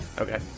Okay